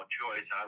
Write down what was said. choice